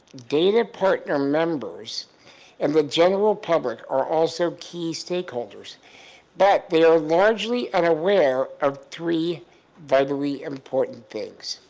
data partner members and the general public are also key stakeholders but they are largely unaware of three vitally important things.